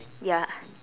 ya